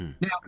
Now